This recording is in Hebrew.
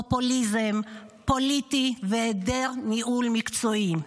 פופוליזם פוליטי והיעדר ניהול מקצועי.